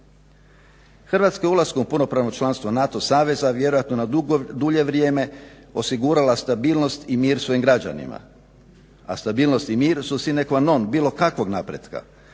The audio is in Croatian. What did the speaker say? Hrvatska je ulaskom u punopravno članstvo NATO saveza vjerojatno na dulje vrijeme osigurala stabilnost i mir svojim građanima, a stabilnost i mir su sine qua non bilo kakvog napretka.